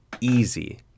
easy